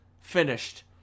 finished